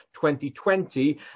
2020